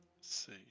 see